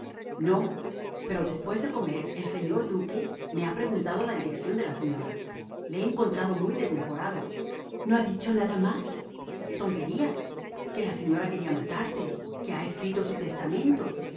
no pero después de comer el señor duque me ha preguntado la dirección de la señora le he encontrado muy desmejorado no ha dicho nada más tonterías que la señora quería matarse que ha escrito su testamento